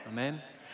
Amen